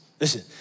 Listen